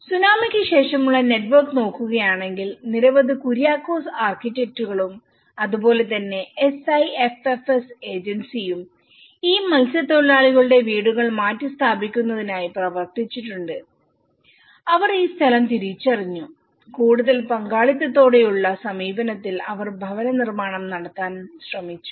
സുനാമിക്ക് ശേഷമുള്ള നെറ്റ്വർക്ക് നോക്കുകയാണെങ്കിൽ നിരവധി കുര്യാക്കോസ് ആർക്കിടെക്റ്റും അതുപോലെ തന്നെ SIFFS ഏജൻസിയും ഈ മത്സ്യത്തൊഴിലാളികളുടെ വീടുകൾ മാറ്റി സ്ഥാപിക്കുന്നതിനായി പ്രവർത്തിച്ചിട്ടുണ്ട് അവർ ഈ സ്ഥലം തിരിച്ചറിഞ്ഞു കൂടുതൽ പങ്കാളിത്തത്തോടെയുള്ള സമീപനത്തിൽ അവർ ഭവന നിർമ്മാണം നടത്താൻ ശ്രമിച്ചു